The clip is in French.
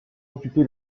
occupé